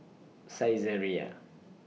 Saizeriya